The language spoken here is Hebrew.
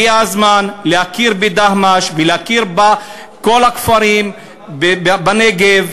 הגיע הזמן להכיר בדהמש ולהכיר בכל הכפרים בנגב.